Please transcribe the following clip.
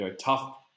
tough